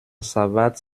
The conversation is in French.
savates